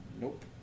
Nope